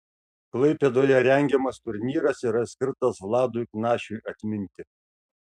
klaipėdoje rengiamas turnyras yra skirtas vladui knašiui atminti